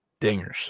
dingers